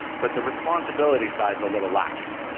but the responsibility side is a little lacking.